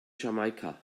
jamaika